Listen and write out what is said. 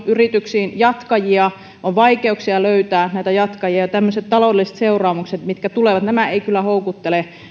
yrityksiin paljon jatkajia ja on vaikeuksia löytää näitä jatkajia ja tämmöiset taloudelliset seuraamukset joita tulee eivät kyllä houkuttele